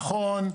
נכון,